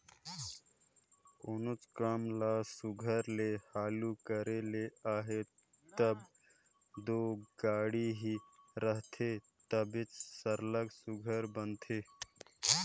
कोनोच काम ल सुग्घर ले हालु करे ले अहे तब दो गाड़ी ही रहथे तबे सरलग सुघर बनथे